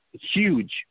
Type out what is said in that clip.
huge